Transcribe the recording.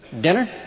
Dinner